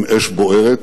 עם אש בוערת,